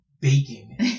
baking